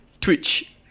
Twitch